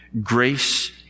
Grace